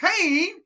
pain